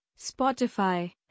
Spotify